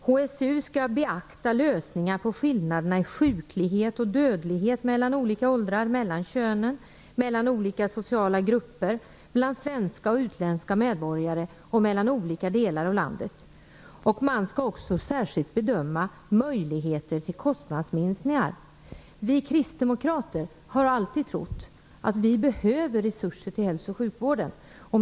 HSU ska beakta lösningar för skillnad mellan sjuklighet och dödlighet mellan olika åldrar, mellan könen, mellan olika sociala grupper, bland svenska och utländska medborgare och mellan olika delar av landet. Man ska också särskilt bedöma möjligheter till kostnadsminskningar. Vi kristdemokrater har alltid trott att vi behöver resurser till hälso och sjukvården.